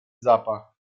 zapach